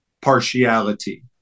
partiality